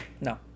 No